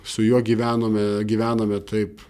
su juo gyvenome gyvename taip